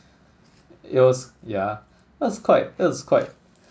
it was yeah that was quite that was quite